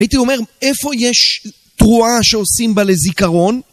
הייתי אומר, איפה יש תרועה שעושים בה לזיכרון?